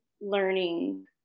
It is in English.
learning